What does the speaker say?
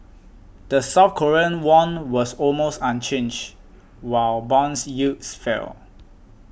the South Korean won was almost unchanged while bonds yields fell